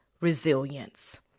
resilience